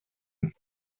und